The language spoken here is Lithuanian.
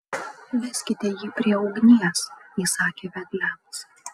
veskite jį prie ugnies įsakė vedliams